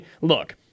look